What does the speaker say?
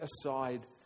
aside